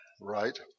right